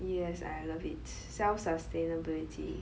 yes I love it self sustainability